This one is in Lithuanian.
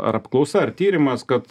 ar apklausa ar tyrimas kad